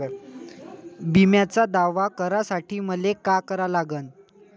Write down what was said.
बिम्याचा दावा करा साठी मले का करा लागन?